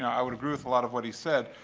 i would agree with a lot of what he said.